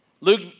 Luke